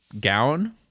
gown